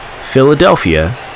Philadelphia